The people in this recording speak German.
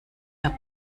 der